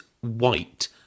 white